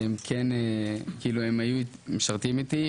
שהם משרתים איתי,